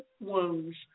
wounds